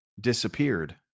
disappeared